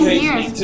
years